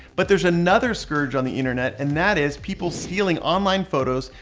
but there's another scourge on the internet, and that is people stealing online photos,